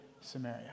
Samaria